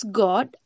god